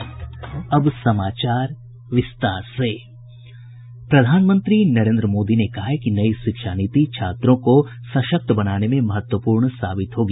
प्रधानमंत्री नरेन्द्र मोदी ने कहा है कि नई शिक्षा नीति छात्रों को सशक्त बनाने में महत्वपूर्ण साबित होगी